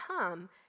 come